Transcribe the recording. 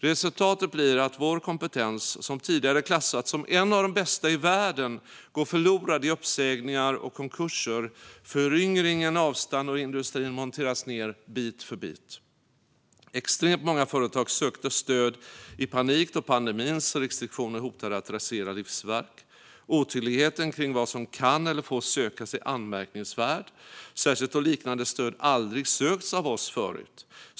Resultatet blir att vår kompetens, som tidigare klassats som en av de bästa i världen, går förlorad i uppsägningar och konkurser. Föryngringen avstannar och industrin monteras ned bit för bit. Extremt många företag sökte stöd, i panik, då pandemins restriktioner hotade att rasera livsverk. Otydligheten kring vad som kan eller får sökas är anmärkningsvärd. Särskilt då liknande stöd aldrig sökts av oss förut.